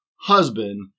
husband